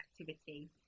activity